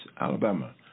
Alabama